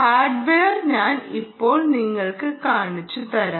hardware ഞാൻ ഇപ്പോൾ നിങ്ങൾക്ക് കാണിച്ചുതരാം